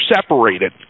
separated